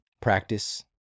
practice